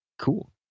cool